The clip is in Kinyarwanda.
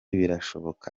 birashoboka